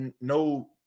no